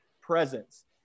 presence